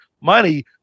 money